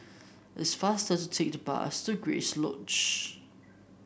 it's faster to take the bus to Grace Lodge